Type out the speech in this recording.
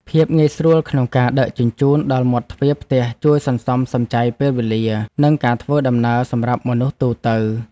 ភាពងាយស្រួលក្នុងការដឹកជញ្ជូនដល់មាត់ទ្វារផ្ទះជួយសន្សំសំចៃពេលវេលា និងការធ្វើដំណើរសម្រាប់មនុស្សទូទៅ។